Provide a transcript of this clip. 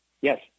yes